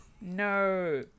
No